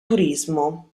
turismo